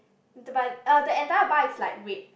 the bike uh the entire bar is like red